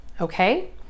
okay